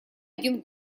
один